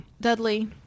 Dudley